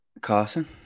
Carson